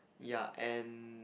yeah and